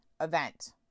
event